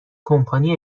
کمپانی